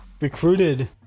recruited